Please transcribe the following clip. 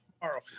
tomorrow